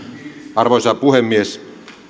arvoisa puhemies